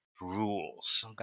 rules